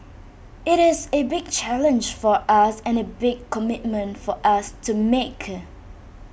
IT is A big challenge for us and A big commitment for us to make